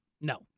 No